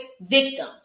victim